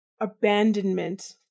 abandonment